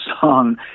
song